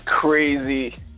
crazy